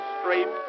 straight